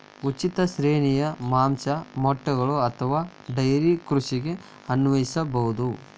ಉಚಿತ ಶ್ರೇಣಿಯು ಮಾಂಸ, ಮೊಟ್ಟೆಗಳು ಅಥವಾ ಡೈರಿ ಕೃಷಿಗೆ ಅನ್ವಯಿಸಬಹುದು